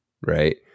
right